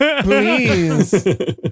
please